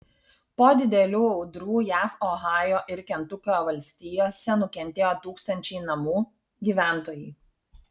po didelių audrų jav ohajo ir kentukio valstijose nukentėjo tūkstančiai namų gyventojai